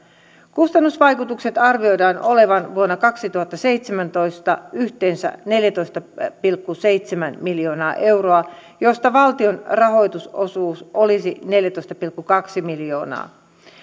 kustannusvaikutusten arvioidaan olevan vuonna kaksituhattaseitsemäntoista yhteensä neljätoista pilkku seitsemän miljoonaa euroa josta valtion rahoitusosuus olisi neljätoista pilkku kaksi miljoonaa